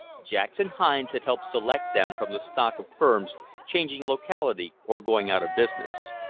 jackson hines had helped select them from the stock of firms changing locality or going out of business.